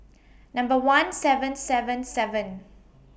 Number one seven seven seven